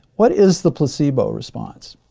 what is the placebo response?